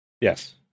Yes